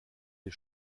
les